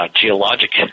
geologic